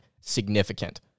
significant